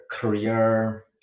career